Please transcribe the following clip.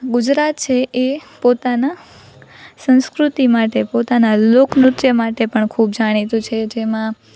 ગુજરાત છે એ પોતાના સંસ્કૃતિ માટે પોતાનાં લોક નૃત્ય માટે પણ ખૂબ જાણીતું છે જેમાં